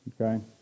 Okay